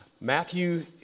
Matthew